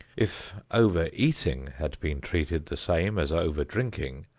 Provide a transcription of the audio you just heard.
if over-eating had been treated the same as over-drinking,